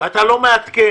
ואתה גם לא מעדכן.